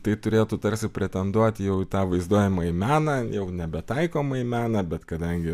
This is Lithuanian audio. tai turėtų tarsi pretenduoti jau į tą vaizduojamąjį meną jau nebe taikomąjį meną bet kadangi